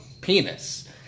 penis